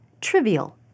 trivial